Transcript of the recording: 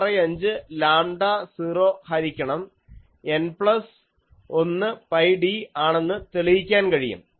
65 lambda 0 ഹരിക്കണം N plus 1 pi d ആണെന്ന് തെളിയിക്കാൻ കഴിയും